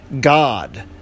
God